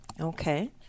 Okay